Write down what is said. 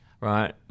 right